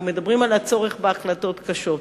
פה מדברים על הצורך בהחלטות קשות,